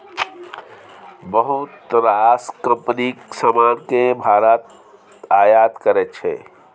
बहुत रास कंपनीक समान केँ भारत आयात करै छै